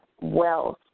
wealth